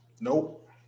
nope